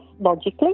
logically